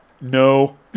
No